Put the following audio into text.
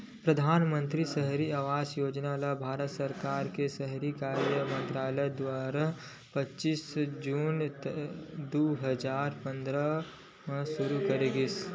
परधानमंतरी सहरी आवास योजना ल भारत सरकार के सहरी कार्य मंतरालय दुवारा पच्चीस जून दू हजार पंद्रह म सुरू करे गिस